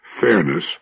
fairness